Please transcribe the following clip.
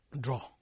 draw